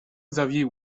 xavier